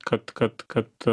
kad kad kad